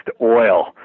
oil